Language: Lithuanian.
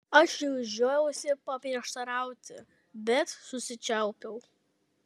aš jau žiojausi paprieštarauti bet susičiaupiau